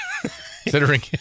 Considering